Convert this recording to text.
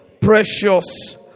precious